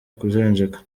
kujenjeka